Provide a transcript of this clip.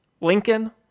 Lincoln